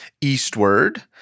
eastward